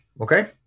Okay